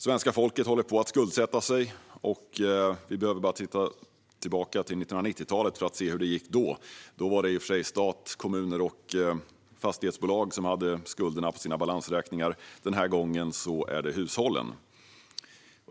Svenska folket håller på att skuldsätta sig, och vi behöver bara titta bakåt till 1990-talet för att se hur det gick då. Då var det stat, kommuner och fastighetsbolag som hade skulderna på sina balansräkningar. Den här gången är det hushållen.